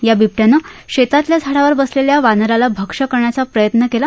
या विबटयानं शेतातल्या झाडावर बसलेल्या वानराला भक्ष्य करण्याचा प्रयत्न केला